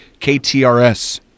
KTRS